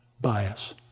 bias